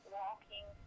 walking